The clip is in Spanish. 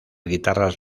guitarras